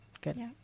Good